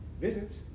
visits